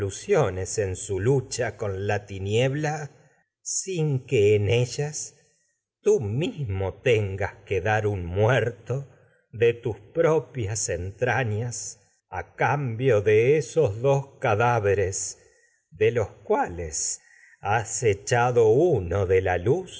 revoluciones en su lucha la tiniebla de sin tus que en ellas tú mismo tengas que dar entrañas a un muerto propias cambio uno de esos dos cadáveres de los cuales has echado de la luz